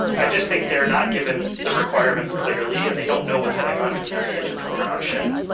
i just think they're not given the requirements clearly and they don't know what's going on, because they're hidden from production.